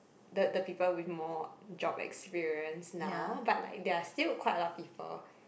the the people with more job experience now but like there are still quite a lot of people